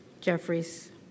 Jeffries